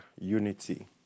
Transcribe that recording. unity